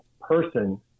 person